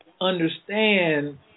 understand